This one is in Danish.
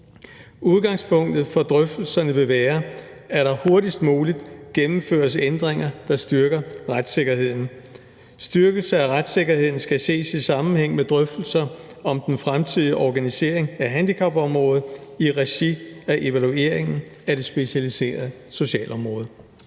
Udgangspunktet for drøftelserne vil være, at der hurtigst muligt gennemføres ændringer, der styrker retssikkerheden. Styrkelse af retssikkerheden skal ses i sammenhæng med drøftelser om den fremtidige organisering af handicapområdet i regi af evalueringen af det specialiserede socialområde.«